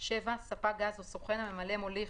מיטלטלים); ספק גז או סוכן הממלא, מוליך,